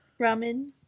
ramen